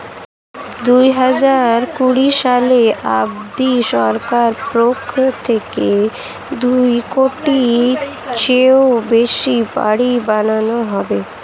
দুহাজার কুড়ি সাল অবধি সরকারের পক্ষ থেকে দুই কোটির চেয়েও বেশি বাড়ি বানানো হবে